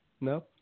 No